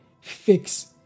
fix